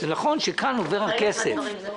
נכון שכאן עובר הכסף.